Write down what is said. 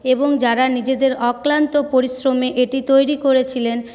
এবং যারা নিজেদের অক্লান্ত পরিশ্রমে এটি তৈরি করেছিলেন